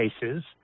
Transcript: cases